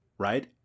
right